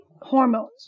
hormones